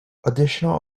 additional